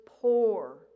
poor